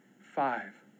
five